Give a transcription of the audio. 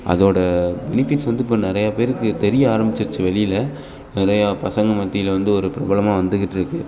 அதோடு பெனிஃபிட்ஸ் வந்து இப்போ நிறையா பேருக்கு தெரிய ஆரம்பிச்சிருச்சு வெளியில் நிறையா பசங்கள் மத்தியில வந்து ஒரு பிரபலமாக வந்துக்கிட்டிருக்கு